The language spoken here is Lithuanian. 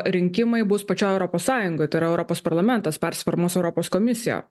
rinkimai bus pačioj europos sąjungoj tai yra europos parlamentas persiformuos europos komisija